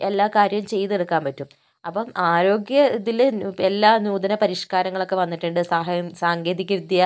എല്ലാ കാര്യവും ചെയ്തെടുക്കാന് പറ്റും അപ്പം ആരോഗ്യ ഇതില് എല്ലാ നൂതന പരിഷ്കാരങ്ങളൊക്കെ വന്നിട്ടുണ്ട് സഹായം സാങ്കേതിക വിദ്യ